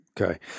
Okay